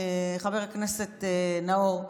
חבר הכנסת נאור,